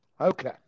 okay